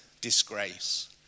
disgrace